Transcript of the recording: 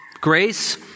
Grace